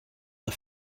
the